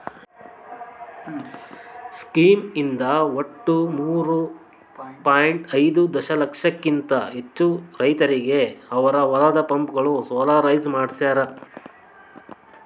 scheme ಇಂದ ಒಟ್ಟು ಮೂರೂ ಪಾಯಿಂಟ್ ಐದೂ ದಶಲಕ್ಷಕಿಂತ ಹೆಚ್ಚು ರೈತರಿಗೆ ಅವರ ಹೊಲದ ಪಂಪ್ಗಳು ಸೋಲಾರೈಸ್ ಮಾಡಿಸ್ಯಾರ್